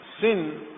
sin